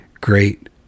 great